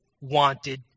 wanted